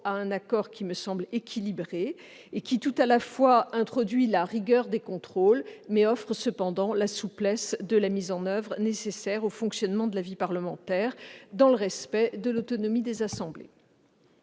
à un accord qui me semble équilibré et qui, tout à la fois, introduit la rigueur des contrôles et garantit la souplesse de la mise en oeuvre nécessaire au fonctionnement de la vie parlementaire, dans le respect de l'autonomie des assemblées.